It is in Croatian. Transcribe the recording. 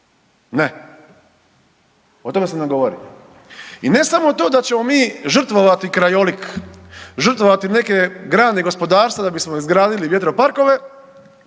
Ne, o tome se ne govori. I ne samo to da ćemo mi žrtvovati krajolik, žrtvovati neke grane gospodarstva da bismo izgradili vjetroparkove,